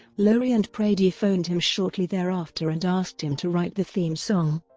lorre and prady phoned him shortly thereafter and asked him to write the theme song.